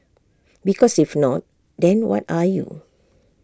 because if not then what are you